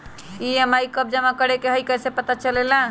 EMI कव जमा करेके हई कैसे पता चलेला?